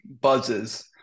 buzzes